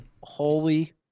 Holy